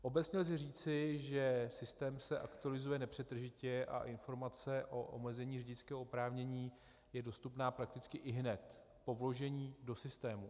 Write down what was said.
Obecně lze říci, že systém se aktualizuje nepřetržitě a informace o omezení řidičského oprávnění je dostupná prakticky ihned po vložení do systému.